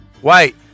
White